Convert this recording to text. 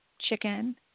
chicken